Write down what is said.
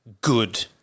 good